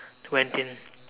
went in